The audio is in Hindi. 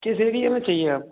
किस एरिए में चाहिए आपको